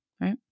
right